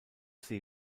see